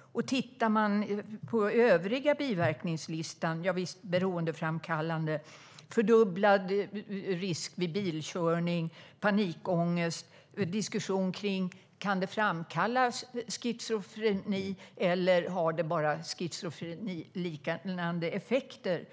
Om man tittar på den övriga biverkningslistan ser man beroendeframkallande, fördubblad risk vid bilkörning, panikångest och diskussion om huruvida det kan framkalla schizofreni eller om det bara har schizofreniliknande effekter.